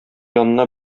янына